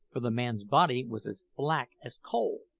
for the man's body was as black as coal,